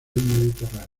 mediterráneo